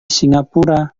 singapura